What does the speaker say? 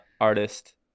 artist